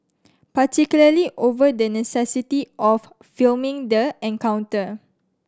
particularly over the necessity of filming the encounter